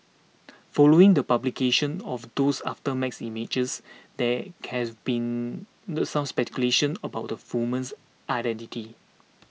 following the publication of those aftermath images there has been the some speculation about the woman's identity